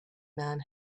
man